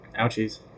Ouchies